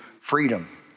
freedom